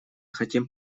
хотим